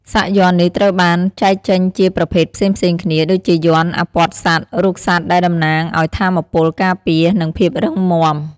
សាកយ័ន្តនេះត្រូវបានចែកចេញជាប្រភេទផ្សេងៗគ្នាដូចជាយ័ន្តអាព័ទ្ធសត្វ រូបសត្វដែលតំណាងឲ្យថាមពលការពារ និងភាពរឹងមាំ។